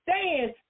stand